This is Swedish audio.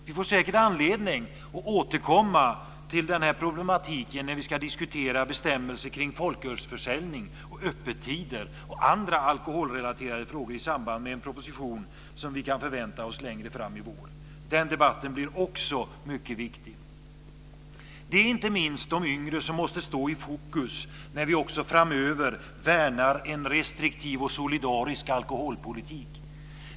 Vi får säkert anledning att återkomma till denna problematik när vi ska diskutera bestämmelser kring folkölsförsäljning, öppettider och andra alkoholrelaterade frågor i samband med en proposition som vi kan förvänta oss längre fram i vår. Den debatten blir också mycket viktig. Det är inte minst de yngre som måste stå i fokus när vi också framöver värnar en restriktiv och solidarisk alkoholpolitik.